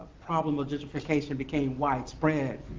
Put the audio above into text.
problem with gentrification became widespread,